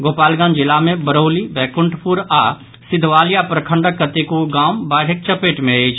गोपालगंज जिला मे बरौली बैकुंठपुर आओर सिधवलिया प्रखंडक कतेको गाम बाढ़िक चपेट मे अछि